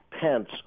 Pence